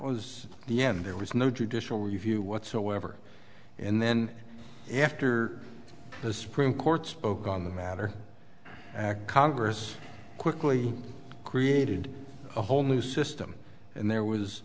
was the end there was no judicial review whatsoever and then after the supreme court spoke on the matter congress quickly created a whole new system and there was